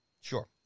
Sure